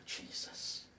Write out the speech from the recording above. Jesus